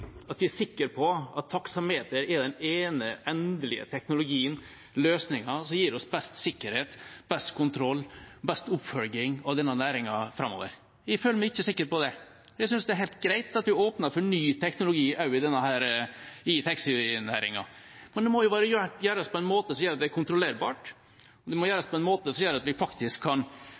at jeg er sikker på at taksameter er den ene endelige teknologien, løsningen som gir oss best sikkerhet, best kontroll og best oppfølging av denne næringen framover? Jeg føler meg ikke sikker på det. Jeg synes det er helt greit at vi åpner for ny teknologi også i taxinæringen, men det må gjøres på en måte som gjør at det er kontrollerbart. Det må gjøres på en måte som gjør at vi faktisk kan